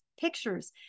pictures